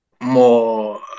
more